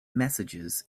messages